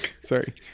Sorry